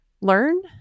learn